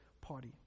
party